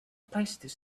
places